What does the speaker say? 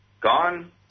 gone